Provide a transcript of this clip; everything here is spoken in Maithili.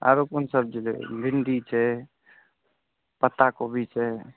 आरो कोन सब्जी लेबै भिण्डी छै पत्ताकोबी छै